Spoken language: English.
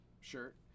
shirt